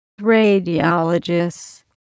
radiologists